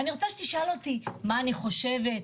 אני רוצה שתשאל אותי מה אני חושבת,